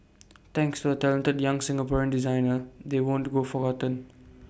thanks to A talented young Singaporean designer they won't go forgotten